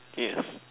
yes